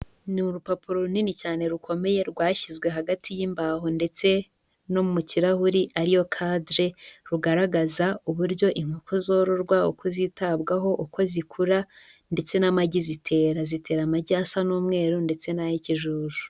Ni urupapuro runini cyane rukomeye rwashyizwe hagati y'imbaho ndetse no mu kirahuri ariyo cadre, rugaragaza uburyo inkoko zororwa, uko zitabwaho, n'uko zikura, ndetse n'amagi zitera. Zitera amagi asa n'umweru ndetse n'ay'ikijuju.